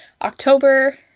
October